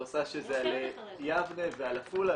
הוא עשה על יבנה ועל עפולה,